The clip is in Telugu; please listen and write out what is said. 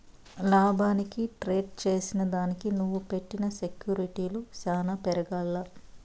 లాభానికి ట్రేడ్ చేసిదానికి నువ్వు పెట్టిన సెక్యూర్టీలు సాన పెరగాల్ల